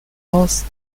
loss